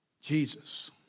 Jesus